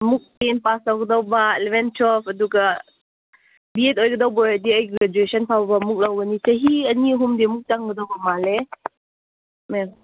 ꯑꯃꯨꯛ ten pass ꯇꯧꯒꯗꯧꯕ eleven ꯇꯨꯋꯦꯜꯄ ꯑꯗꯨꯒ ꯕꯦꯗ ꯑꯣꯏꯒꯗꯧꯕ ꯑꯣꯏꯔꯗꯤ ꯑꯩ ꯒ꯭ꯔꯦꯖꯨꯌꯦꯁꯟ ꯐꯥꯎ ꯑꯃꯨꯛ ꯂꯧꯒꯅꯤ ꯆꯍꯤ ꯑꯅꯤ ꯑꯍꯨꯝꯗꯤ ꯑꯃꯨꯛ ꯆꯪꯒꯗꯧꯕ ꯃꯥꯜꯂꯦ ꯃꯦꯝ